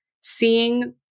seeing